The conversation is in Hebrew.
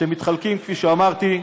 שמתחלקים כפי שאמרתי: